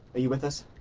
are you with us?